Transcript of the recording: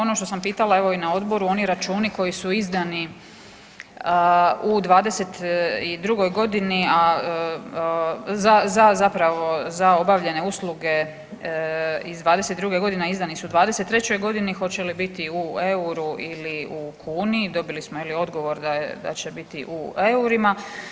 Ono što sam pitala evo i na odboru oni računi koji su izdani u '22. godinu, a za zapravo za obavljene usluge iz '22. godine, a izdani su u '23. godini hoće li biti u EUR-u ili u kuni, dobili smo je li odgovor da će biti u EUR-ima.